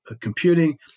computing